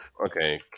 Okay